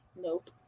Nope